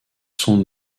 sont